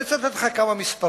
אני רוצה לתת לך כמה מספרים.